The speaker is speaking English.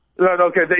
Okay